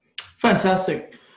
Fantastic